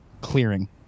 clearing